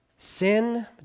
Sin